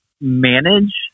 manage